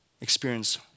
experience